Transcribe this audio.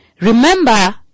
Remember